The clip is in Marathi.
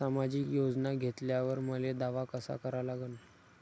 सामाजिक योजना घेतल्यावर मले दावा कसा करा लागन?